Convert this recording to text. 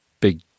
big